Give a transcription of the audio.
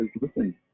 listen